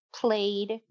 played